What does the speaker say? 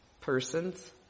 persons